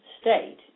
state